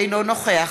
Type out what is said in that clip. אינו נוכח